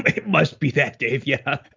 it must be that, dave. yeah.